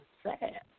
sad